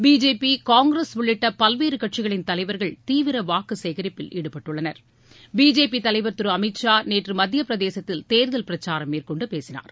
BJP Congress உள்ளிட்ட பல்வேறு கட்சிகளின் தலைவர்கள் தீவிர வாக்கு சேகரிப்பில் ஈடுபட்டுள்ளனர் பிஜேபி தலைவர் திரு அமித் ஷா நேற்று மத்திய பிரதேசத்தில் தேர்தல் பிரச்சாரம் மேற்கொண்டு பேசினார்